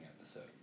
episode